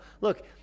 Look